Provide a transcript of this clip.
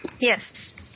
Yes